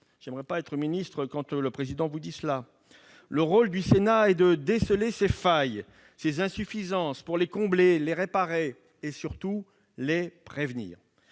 n'aimerais pas être ministre dans de telles circonstances ! Le rôle du Sénat est de déceler ces failles et ces insuffisances pour les combler, les réparer et, surtout, les prévenir.